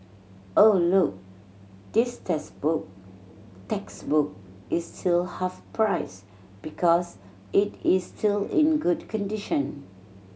oh look this textbook textbook is still half price because it is still in good condition